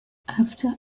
after